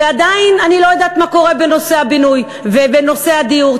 ועדיין אני לא יודעת מה קורה בנושא הבינוי ובנושא הדיור.